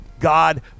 God